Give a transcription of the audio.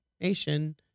nation